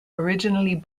originally